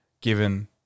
given